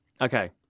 Okay